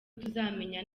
tuzamenya